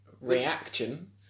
reaction